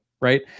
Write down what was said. right